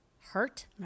hurt